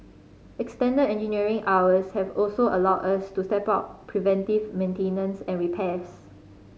extended engineering hours have also allowed us to step up preventive maintenance and repairs